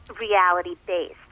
reality-based